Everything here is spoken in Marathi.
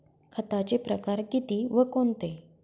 खताचे प्रकार किती व कोणते?